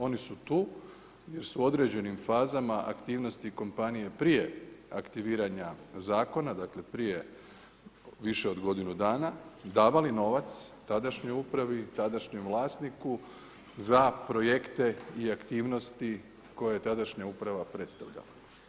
Oni su tu jer su u određenim fazama aktivnosti kompanije prije aktiviranja zakona, dakle prije više od godinu dana davali novac tadašnjoj upravi i tadašnjem vlasniku za projekte i aktivnosti koje je tadašnja uprava predstavljala.